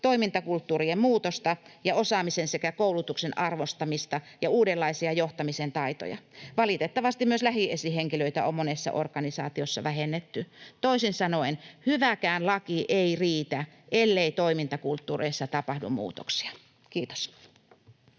toimintakulttuurien muutosta ja osaamisen sekä koulutuksen arvostamista ja uudenlaisia johtamisen taitoja. Valitettavasti myös lähiesihenkilöitä on monessa organisaatiossa vähennetty. Toisin sanoen hyväkään laki ei riitä, ellei toimintakulttuureissa tapahdu muutoksia. — Kiitos.